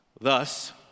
Thus